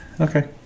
Okay